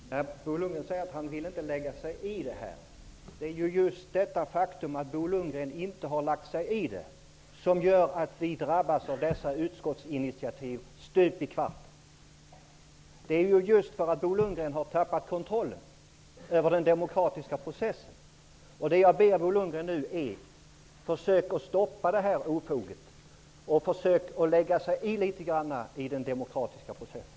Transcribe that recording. Fru talman! Bo Lundgren säger att han inte vill lägga sig i detta. Det är just det faktum att Bo Lundgren inte har lagt sig i som gör att vi drabbas av dessa utskottsinitiativ stup i kvarten. Det beror på att Bo Lundgren har tappat kontrollen över den demokratiska processen. Det jag nu ber Bo Lundgren är: Försök att stoppa detta ofog, och försök att lägga er i litet grand i den demokratiska processen.